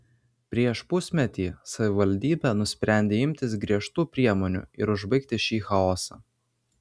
prieš pusmetį savivaldybė nusprendė imtis griežtų priemonių ir užbaigti šį chaosą